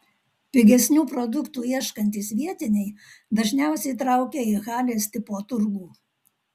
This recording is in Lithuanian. pigesnių produktų ieškantys vietiniai dažniausiai traukia į halės tipo turgų